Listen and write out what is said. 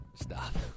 stop